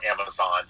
Amazon